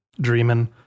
Dreaming